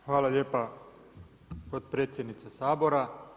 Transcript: Hvala lijepa potpredsjednice Sabora.